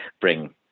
bring